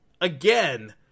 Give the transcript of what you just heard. again